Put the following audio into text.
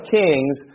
kings